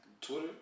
Twitter